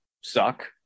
suck